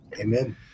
Amen